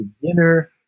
beginner